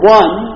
one